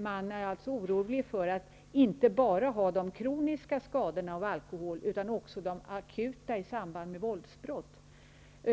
Man är alltså orolig för att inte bara få de kroniska skadorna av alkohol utan också de akuta i samband med våldsbrott. Det